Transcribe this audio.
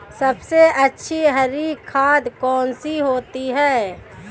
सबसे अच्छी हरी खाद कौन सी होती है?